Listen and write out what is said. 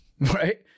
Right